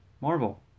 marvel